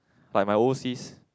like my O_C's